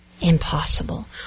impossible